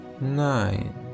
Nine